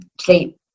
sleep